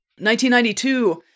1992